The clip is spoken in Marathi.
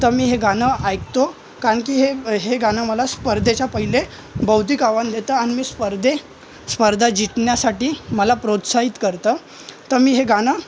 तर मी हे गाणं ऐकतो कारण की हे हे गाणं मला स्पर्धेच्या पहिले बौद्धिक आव्हान देतं आणि मी स्पर्धे स्पर्धा जितण्यासाठी मला प्रोत्साहित करतं तर मी हे गाणं